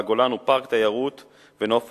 שבה הגולן הוא פארק תיירות ונופש,